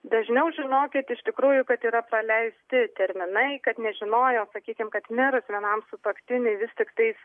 dažniau žinokit iš tikrųjų kad yra praleisti terminai kad nežinojo sakykim kad mirus vienam sutuoktiniui vis tiktais